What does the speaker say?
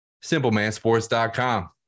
Simplemansports.com